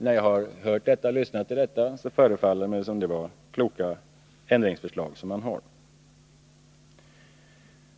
När jag har lyssnat till detta, har det förefallit mig vara kloka ändringsförslag.